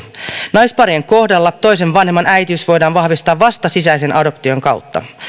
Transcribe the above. naisparien kohdalla toisen vanhemman äitiys voidaan vahvistaa vasta sisäisen adoption kautta